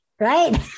right